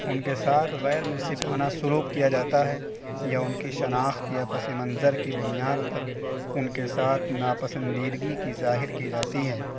ان کے ساتھ غیر منصفانہ سلوک کیا جاتا ہے یا ان کی شناخت یا پس منظر کی بنیاد پر ان کے ساتھ نا پسندیدگی کی ظاہر کی جاتی ہے